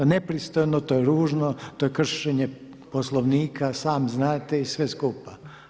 Nepristojno, to je ružno, to je kršenje Poslovnika, sam znadete i sve skupa.